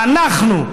ואנחנו,